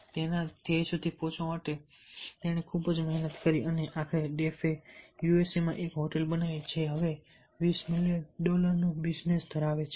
તેના ધ્યેય સુધી પહોંચવા માટે સખત મહેનત કરી અને આખરે ડેફે યુએસએ માં એક હોટેલ બનાવી જે હવે 20 મિલિયન ડોલરનો બિઝનેસ છે